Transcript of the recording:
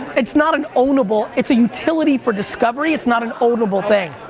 it's not an own-able, it's a utility for discovery, it's not an own-able thing.